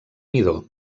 midó